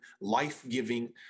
life-giving